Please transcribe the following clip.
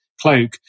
cloak